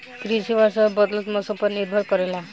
कृषि वर्षा और बदलत मौसम पर निर्भर करेला